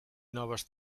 noves